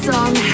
Song